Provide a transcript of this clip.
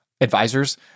advisors